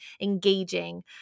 engaging